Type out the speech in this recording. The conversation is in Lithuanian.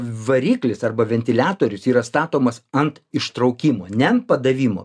variklis arba ventiliatorius yra statomas ant ištraukimo ne ant padavimo